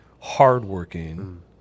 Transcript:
hardworking